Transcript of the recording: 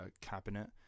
cabinet